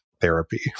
therapy